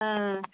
ஆ